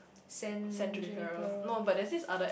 send